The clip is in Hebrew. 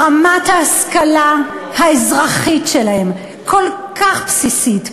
רמת ההשכלה האזרחית שלהם כל כך בסיסית,